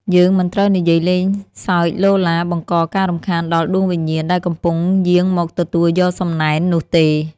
យើងមិនត្រូវនិយាយលេងសើចឡូឡាបង្កការរំខានដល់ដួងវិញ្ញាណដែលកំពុងយាងមកទទួលយកសំណែននោះទេ។